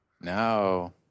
No